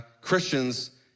Christians